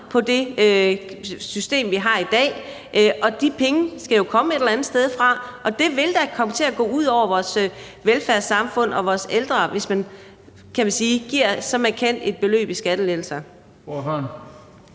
på det system, vi har i dag. De penge skal komme et eller andet sted fra, og det vil da komme til at gå ud over vores velfærdssamfund og vores ældre, hvis man, kan man sige, giver et så markant beløb i skattelettelser.